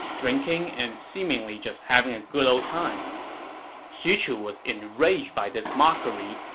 drinking and seemingly just having a good ol' time xu chu was enraged by this mockery,